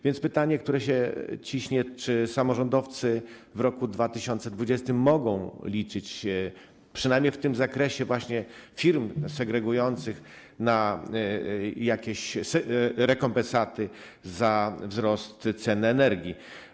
Więc pytanie, które się ciśnie: Czy samorządowcy w roku 2020 mogą liczyć, przynajmniej w tym zakresie firm segregujących, na jakieś rekompensaty za wzrost cen energii?